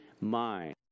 mind